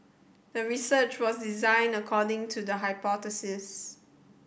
the research was designed according to the hypothesis